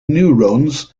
neurons